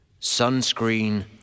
sunscreen